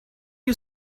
you